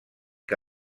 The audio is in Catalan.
que